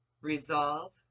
resolve